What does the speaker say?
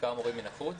בעיקר מורים מן החוץ,